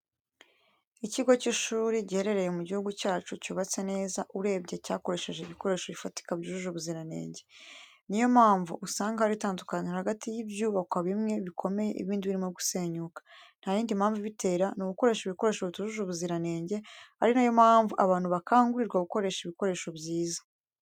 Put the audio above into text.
Ikigo cy'ishuri giherereye mu gihugu cyacu cyubatse neza urebye cyakoresheje ibikoresho bifatika byujuje ubuziranenge. Niyo mpamvu usanga hari itandukaniro hagati y'ibyubakwa bimwe bikomeye ibindi birimo gusenyuka. Ntayindi mpamvu ibitera ni ugukoresha ibikoresho bitujuje ubziranenge ari na yo mpamvu abantu bakangurirwa gukoresha ibikoresho byiza.